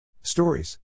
Stories